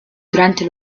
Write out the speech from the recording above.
durante